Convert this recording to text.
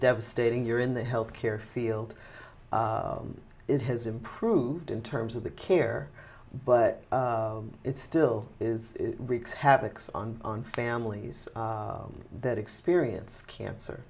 devastating you're in the health care field it has improved in terms of the care but it still is wreaks havoc on on families that experience cancer